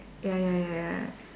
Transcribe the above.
ya ya ya ya